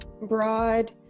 broad